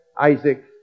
Isaac